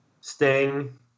Sting